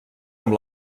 amb